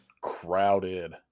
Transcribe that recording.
crowded